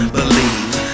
believe